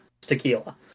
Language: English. tequila